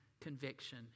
conviction